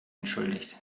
entschuldigt